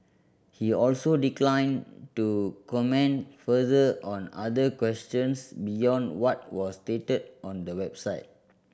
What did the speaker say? he also declined to comment further on other questions beyond what was stated on the website